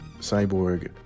cyborg